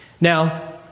Now